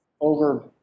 Over